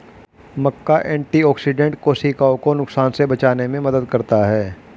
मक्का antioxidant कोशिकाओं को नुकसान से बचाने में मदद करता है